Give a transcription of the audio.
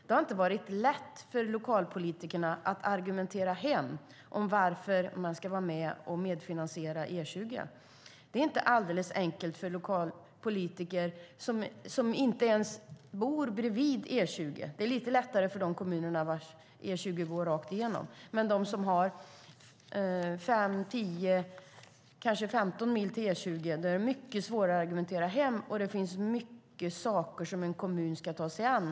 Det har inte varit lätt för lokalpolitikerna att argumentera för varför man ska vara med och finansiera E20. Det är svårt när man inte bor bredvid E20; det är lättare när E20 går rätt igenom kommunen. Har man 5-15 mil till E20 är det svårare att argumentera för det, och det finns många saker som en kommun ska ta sig an.